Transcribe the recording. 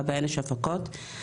והבייניש הפקות.